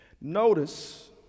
Notice